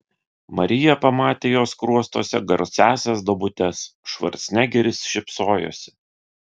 marija pamatė jo skruostuose garsiąsias duobutes švarcnegeris šypsojosi